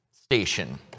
station